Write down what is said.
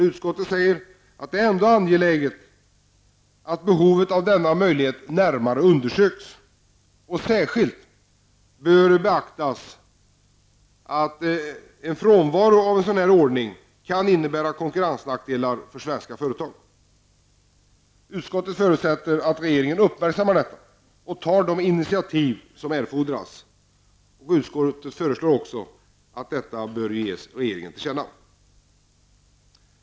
Utskottet säger att det ändå är angeläget att behovet av denna möjlighet närmare undersöks och att det särskilt bör beaktas om frånvaron av en sådan ordning innebär konkurrensnackdelar för svenska företag. Utskottet förutsätter att regeringen uppmärksammar detta och tar de initiativ som kan erfordras. Utskottet föreslår även att detta skall ges regeringen till känna.